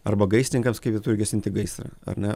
arba gaisrininkams kaip jie turi gesinti gaisrą ar ne